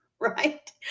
right